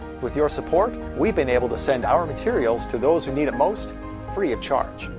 with your support, we've been able to send our materials to those who need it most, free of charge.